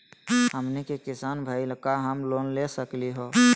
हमनी के किसान भईल, का हम लोन ले सकली हो?